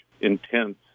intense